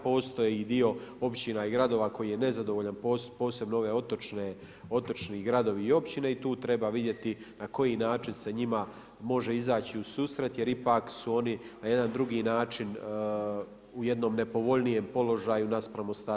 Postoji dio općina i gradova koji je nezadovoljan posebno one otočne gradove i općine i tu treba vidjeti na koji način se njima može izaći u susret jer ipak su oni na jedan drugi način u jednom nepovoljnijem položaju naspram ostatka Hrvatske.